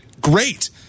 great